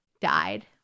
died